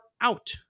out